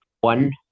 One